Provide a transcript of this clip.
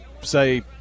say